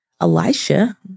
Elisha